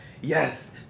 Yes